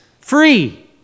free